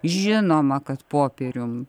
žinoma kad popierium